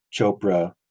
Chopra